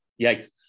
Yikes